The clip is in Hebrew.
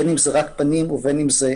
בין אם זה רק פנים ובין אם זה